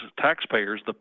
taxpayers